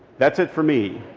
that's it for me.